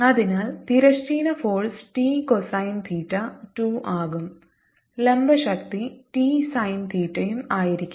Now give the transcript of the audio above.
അതിനാൽ തിരശ്ചീന force t cosine theta 2 ആകും ലംബശക്തി t സൈൻ തീറ്റയും ആയിരിക്കും